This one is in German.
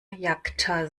jacta